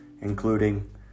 including